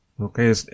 Okay